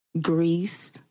Greece